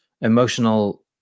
emotional